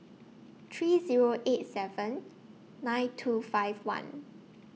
three Zero eight seven nine two five one